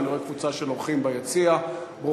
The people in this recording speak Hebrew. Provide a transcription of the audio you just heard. ואני רואה קבוצה של אורחים ביציע.